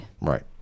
Right